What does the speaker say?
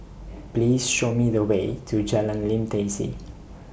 Please Show Me The Way to Jalan Lim Tai See